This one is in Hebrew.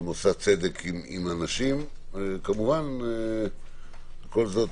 היא עושה צדק עם אנשים, כל זאת